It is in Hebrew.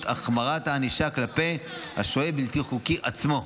החמרת הענישה כלפי השוהה הבלתי-חוקי עצמו.